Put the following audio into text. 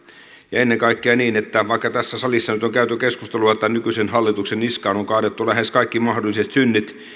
ja ennen kaikkea vaikka tässä salissa nyt on käyty keskustelua ja tämän nykyisen hallituksen niskaan on kaadettu lähes kaikki mahdolliset synnit